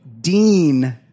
Dean